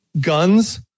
Guns